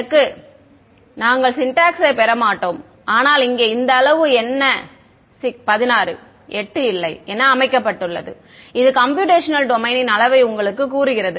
எனவே நாங்கள் சிண்டாக்ஸை பெற மாட்டோம் ஆனால் இங்கே இந்த அளவு என்ன 16 8 இல்லை என அமைக்கப்பட்டுள்ளது இது கம்ப்யூடேஷனல் டொமைனின் அளவை உங்களுக்குக் கூறுகிறது